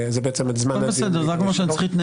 ראוי שיהיה להם מעמד מיוחד ושבית משפט העליון יתקשה מאוד